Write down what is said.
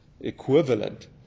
equivalent